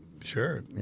Sure